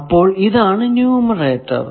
അപ്പോൾ ഇതാണ് ന്യുമറേറ്റർ